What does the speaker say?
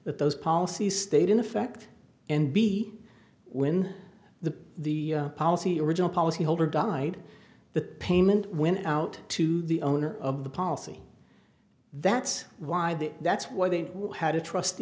that those policies stayed in effect and b when the the policy original policy holder died the payment when out to the owner of the policy that's why the that's why they had a trust